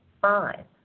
five